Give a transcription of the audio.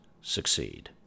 succeed